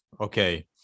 okay